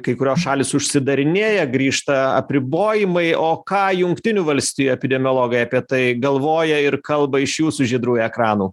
kai kurios šalys užsidarinėja grįžta apribojimai o ką jungtinių valstijų epidemiologai apie tai galvoja ir kalba iš jūsų žydrų ekranų